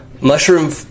mushroom